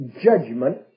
judgment